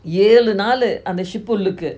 ஏழு நாலு அந்த:ezhu naalu antha ship உள்ளுக்கு:ulluku